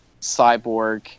Cyborg